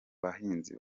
bahinzi